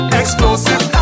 explosive